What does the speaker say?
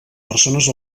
persones